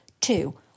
Two